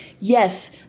yes